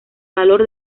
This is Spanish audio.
valor